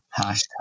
Hashtag